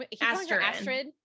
Astrid